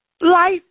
Life